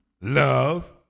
love